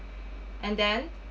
and then